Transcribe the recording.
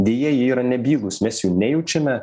deja jie yra nebylūs mes jų nejaučiame